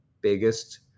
biggest